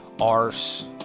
arse